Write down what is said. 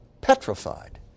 Petrified